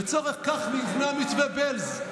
לצורך כך נבנה מתווה בעלז,